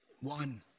One